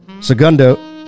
Segundo